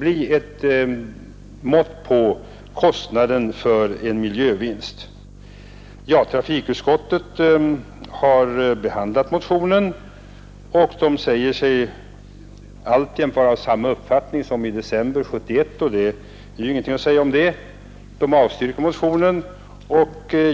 bli ett mått på kostnaden för en miljövinst. Trafikutskottet har behandlat motionen. Utskottet säger sig alltjämt vara av samma uppfattning som i december 1971 och avstyrker motionen.